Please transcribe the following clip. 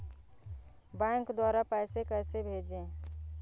Bank द्वारा पैसे कैसे भेजें?